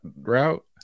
route